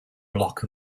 block